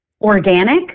organic